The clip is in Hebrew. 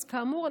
כאמור,